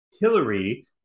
Hillary